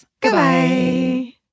Goodbye